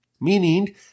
meaning